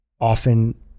often